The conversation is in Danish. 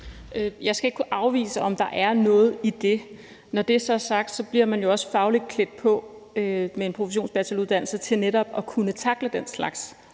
Jeg skal ikke kunne afvise, om der er noget i det. Når det så er sagt, bliver man jo også fagligt klædt på med en professionsbacheloruddannelse til netop at kunne tackle den slags